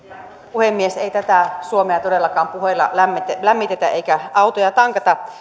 puhemies ei tätä suomea todellakaan puheilla lämmitetä lämmitetä eikä autoja tankata